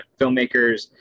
filmmakers